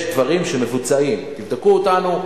יש דברים שמבוצעים, תבדקו אותנו.